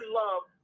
love